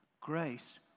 Grace